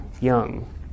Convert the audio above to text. young